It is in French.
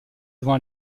devant